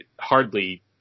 hardly